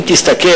אם תסתכל,